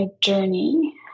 journey